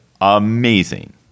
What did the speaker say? amazing